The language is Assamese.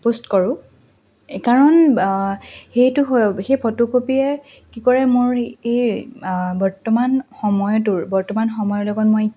পোষ্ট কৰোঁ কাৰণ সেইটো হ সেই ফটোকপিয়ে কি কৰে মোৰ এই বৰ্তমান সময়টোৰ বৰ্তমান সময়ৰ লগত মই